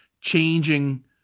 changing